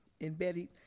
embedded